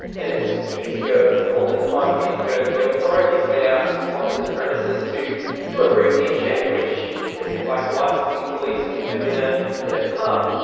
and it was years ago, it was more than five years ago, the authorities went out onto the premises to do a routine check, a bit like licensing police would do in ah in a pub.